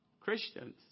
Christians